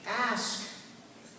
Ask